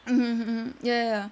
mmhmm mmhmm ya ya ya